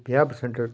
कोई पजाह् परसैंट